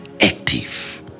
active